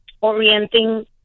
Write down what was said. orienting